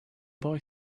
boy